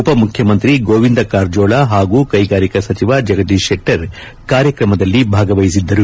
ಉಪಮುಖ್ಯಮಂತ್ರಿ ಗೋವಿಂದ ಕಾರಜೋಳ ಹಾಗೂ ಕೈಗಾರಿಕಾ ಸಚಿವ ಜಗದೀಶ್ ಶೆಟ್ಟರ್ ಕಾರ್ಯಕ್ರಮದಲ್ಲಿ ಭಾಗವಹಿಸಿದ್ದರು